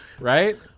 right